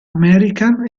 american